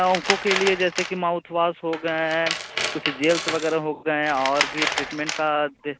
onco के लिए जैसे कि माउथवाॅश हो गए कुछ जेल्स वग़ैरह हो गए और भी ट्रीटमेंट का दें